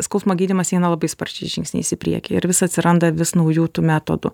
skausmo gydymas eina labai sparčiais žingsniais į priekį ir vis atsiranda vis naujų tų metodų